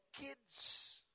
kids